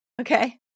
Okay